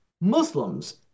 Muslims